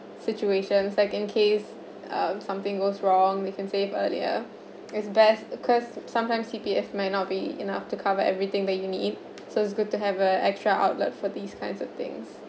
situations like in case uh something goes wrong we can save earlier is best cause sometimes C_P_F might not be enough to cover everything when you need so it's good to have a extra outlet for these kinds of things